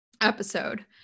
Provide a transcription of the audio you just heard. episode